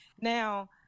Now